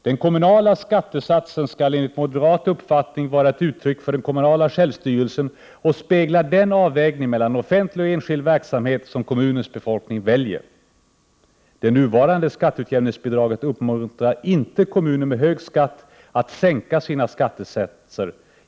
Den kommunala skattesatsen skall, enligt moderat uppfattning, vara ett uttryck för den kommunala självstyrelsen och spegla den avvägning mellan offentlig och enskild verksamhet som kommunens befolkning väljer. Det nuvarande skatteutjämningsbidraget uppmuntrar inte kommuner med hög skatt att sänka sina skattesatser.